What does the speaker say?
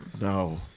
No